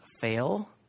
fail